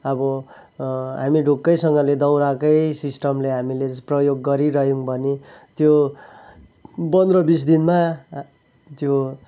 अब हामी ढुक्कैसँगले दाउराकै सिस्टमले हामीले प्रयोग गरिरह्यौँ भने त्यो पन्ध्र बिस दिनमा त्यो